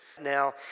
Now